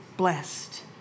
Blessed